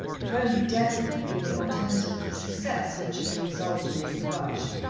if only death would have been the alternative of success when she had resolved to make the rush.